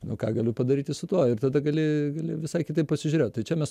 nu ką galiu padaryti su tuo ir tada gali gali visai kitaip pasižiūrėt tai čia mes